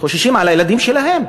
חוששים לשלום הילדים שלהם.